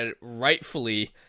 rightfully